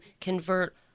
convert